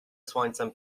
słońcem